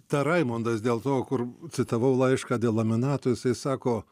ta raimondas dėl to kur citavau laišką dėl laminato jisai sako